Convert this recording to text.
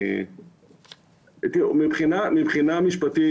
מבחינה משפטית,